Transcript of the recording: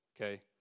okay